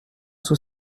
sous